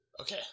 Okay